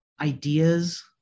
ideas